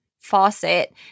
faucet